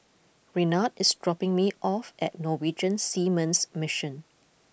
Renard is dropping me off at Norwegian Seamen's Mission